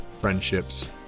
friendships